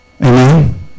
Amen